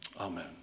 Amen